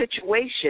situation